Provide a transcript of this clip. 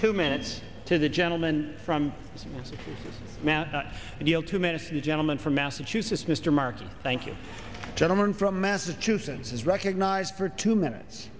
two minutes to the gentleman from matt neil two minutes the gentleman from massachusetts mr markey thank you gentleman from massachusetts is recognized for two minutes